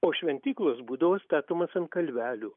o šventyklos būdavo statomos ant kalvelių